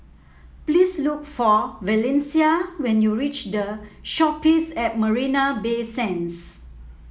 please look for Valencia when you reach The Shoppes at Marina Bay Sands